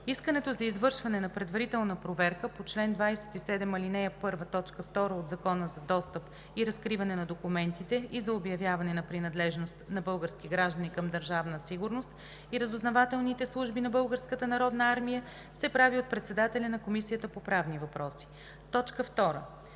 Искането за извършване на предварителна проверка по чл. 27, ал. 1, т. 2 от Закона за достъп и разкриване на документите и за обявяване на принадлежност на български граждани към Държавна сигурност и разузнавателните служби на Българската народна армия се прави от председателя на Комисията по правни въпроси. 2.